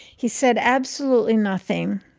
he said absolutely nothing.